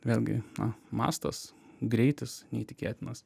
vėlgi na mastas greitis neįtikėtinas